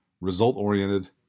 result-oriented